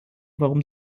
warum